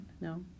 No